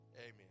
Amen